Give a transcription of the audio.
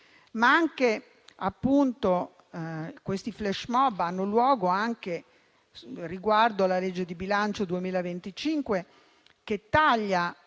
città. Questi *flashmob* hanno luogo anche con riguardo alla legge di bilancio 2025 che taglia